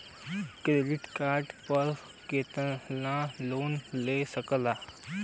Credit card पर कितनालोन ले सकीला?